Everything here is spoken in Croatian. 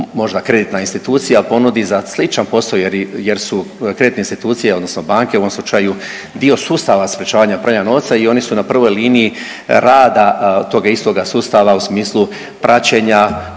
možda kreditna institucija ponudi za sličan posao jer su kreditne institucije odnosno banke u ovom slučaju, dio sustava sprječavanja pranja novca i oni su na prvoj liniji rada toga istoga sustava u smislu praćenja